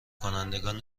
کنندگان